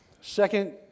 second